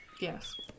Yes